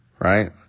Right